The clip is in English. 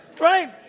right